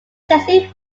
jersey